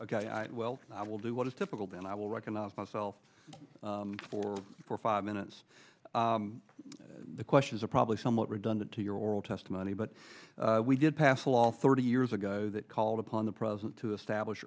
look well i will do what is typical then i will recognize myself for four five minutes the questions are probably somewhat redundant to your oral testimony but we did pass a law thirty years ago that called upon the present to the stablish